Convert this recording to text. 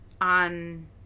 on